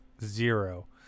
zero